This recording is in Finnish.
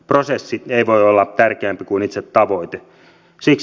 prosessi ei voi olla tärkeämpi kuin itse tavoite